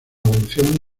evolución